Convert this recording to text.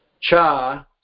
cha